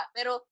Pero